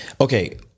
Okay